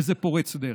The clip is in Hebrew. וזה פורץ דרך.